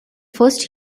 first